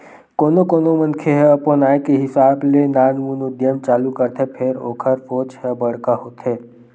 कोनो कोनो मनखे ह अपन आय के हिसाब ले नानमुन उद्यम चालू करथे फेर ओखर सोच ह बड़का होथे